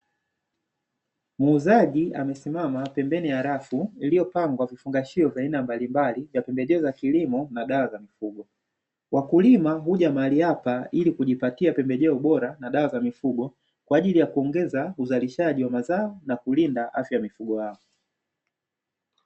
Muuzaji amesimama pembeni ya rafu iliyopangwa vifungashio vya aina mbalimbali vya pembejeo ya kilimo na dawa za mifugo, wakulima huja mahali hapa ili kujipatia pembejeo bora na dawa za mifugo, kwa ajili ya kuongeza uzalishaji wa mazao na kulianda afya ya mifugo yao.